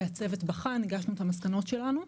הצוות בחן, הגשנו את המסקנות שלנו.